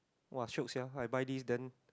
!wah! shiok sia I buy this then